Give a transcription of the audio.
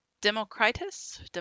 Democritus